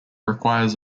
requires